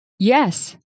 Yes